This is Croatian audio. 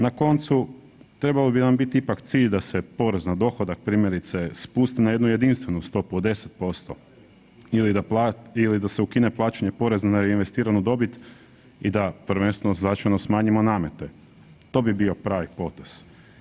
Na koncu trebao bi vam bit ipak cilj da se porez na dohodak primjerice spusti na jednu jedinstvenu stopu od 10% ili da se ukine plaćanje poreza na investiranu dobit i da prvenstveno značajno smanjimo namete, to bi bio pravi potez.